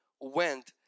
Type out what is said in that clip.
went